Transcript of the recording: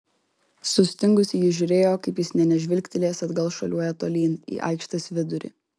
sustingusi ji žiūrėjo kaip jis nė nežvilgtelėjęs atgal šuoliuoja tolyn į aikštės vidurį